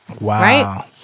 Wow